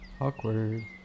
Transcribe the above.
Awkward